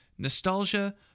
Nostalgia